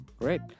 Great